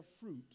fruit